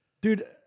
dude